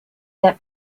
that